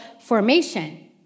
formation